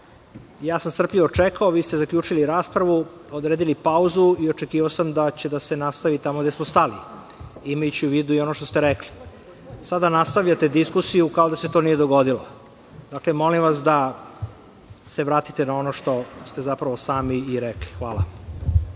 Strpljivo sam čekao, vi ste zaključili raspravu, odredili pauzu i očekivao sam da će da se nastavi tamo gde smo stali, imajući u vidu i ono što ste rekli. Sada nastavljate diskusiju kao da se to nije dogodilo. Dakle, molim vas da se vratite na ono što zapravo sami i rekli. Hvala.